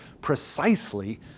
precisely